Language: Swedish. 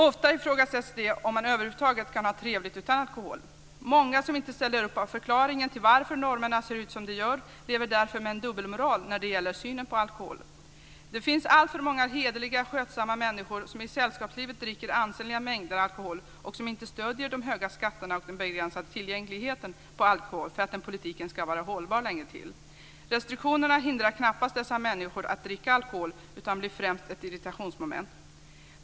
Ofta ifrågasätts det om man över huvud taget kan ha trevligt utan alkohol. Många som inte ställer upp på förklaringen till att normerna ser ut som de gör lever därför med en dubbelmoral när det gäller synen på alkohol. Det finns alltför många hederliga, skötsamma människor som i sällskapslivet dricker ansenliga mängder alkohol och som inte stöder de höga skatterna och den begränsade tillgängligheten till alkohol för att den politiken ska vara hållbar länge till. Restriktionerna hindrar knappast dessa människor att dricka alkohol utan blir främst ett irritationsmoment.